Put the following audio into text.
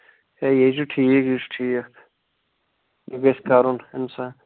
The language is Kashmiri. ہے یے چھُ ٹھیٖک یہِ چھُ ٹھیٖک یہِ گژھِ کَرُن اِنسان